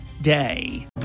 Day